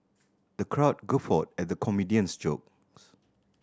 the crowd guffawed at the comedian's jokes